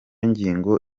ngingo